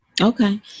Okay